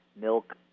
milk